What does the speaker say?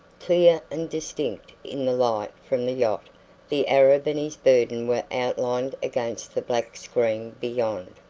clear and distinct in the light from the yacht the arab and his burden were outlined against the black screen beyond.